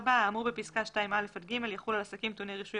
האמור בפסקה (2)(א) עד (ג) יחול על עסקים טעוני רישוי